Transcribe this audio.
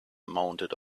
mounted